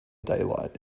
daylight